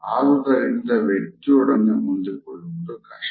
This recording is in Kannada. ಆದುದರಿಂದ ಈ ವ್ಯಕ್ತಿಯೊಡನೆ ಹೊಂದಿಕೊಳ್ಳುವುದು ಕಷ್ಟ